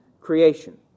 creation